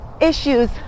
issues